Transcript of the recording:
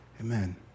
amen